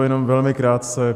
Jenom velmi krátce.